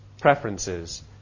preferences